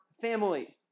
family